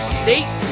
state